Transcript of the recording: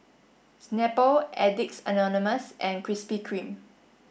Snapple Addicts Anonymous and Krispy Kreme